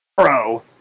Bro